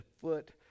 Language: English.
foot